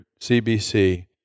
CBC